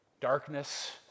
darkness